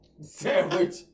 sandwich